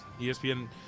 ESPN